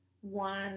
one